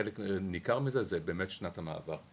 חלק ניכר מזה זו באמת שנת המעבר.